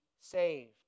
saved